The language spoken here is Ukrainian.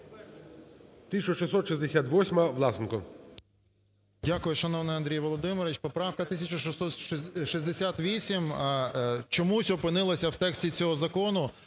1668-а, Власенко.